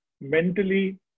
Mentally